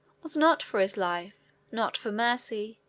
was not for his life, not for mercy,